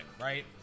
right